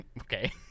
okay